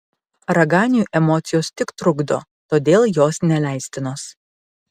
raganiui emocijos tik trukdo todėl jos neleistinos